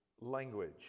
language